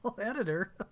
editor